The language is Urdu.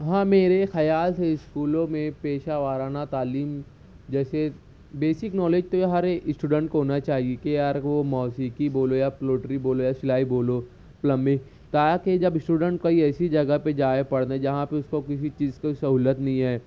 ہاں میرے خیال سے اسکولوں میں پیشہ وارانہ تعلیم جیسے بیسک نالج تو یہ ہر اسٹوڈنٹ کو ہونا چاہیے کہ یار وہ موسیقی بولو یا پلوٹری بولو یا سلائی بولو پلمبی کیا ہے کہ جب اسٹوڈنٹ کہیں ایسی جگہ پہ جائے پڑھنے جہاں پہ اس کو کسی چیز کو سہولت نہیں ہے